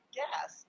gas